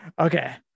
okay